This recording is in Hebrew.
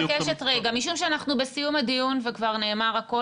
משום שאנחנו בסיום הדיון וכבר נאמר הכול